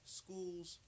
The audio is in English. schools